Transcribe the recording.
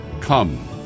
come